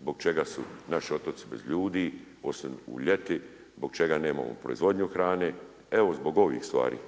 zbog čega su naši otoci bez ljudi, osim u ljeti, zbog čega nemamo proizvodnju hrane. Evo zbog ovih stvari.